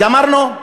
גמרנו,